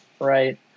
Right